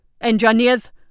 Engineers